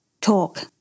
Talk